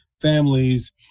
families